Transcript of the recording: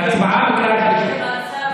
הצבעה בקריאה שלישית.